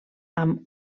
amb